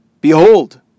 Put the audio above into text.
Behold